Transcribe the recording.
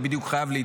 אתה בדיוק חייב.